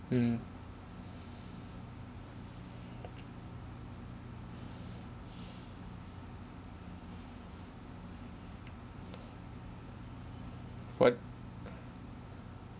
mm what